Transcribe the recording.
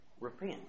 Repent